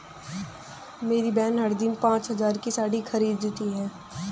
मेरी बहन हर दिन पांच हज़ार की साड़ी खरीदती है